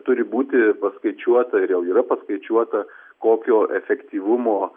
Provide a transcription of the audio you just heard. turi būti paskaičiuota ir jau yra paskaičiuota kokio efektyvumo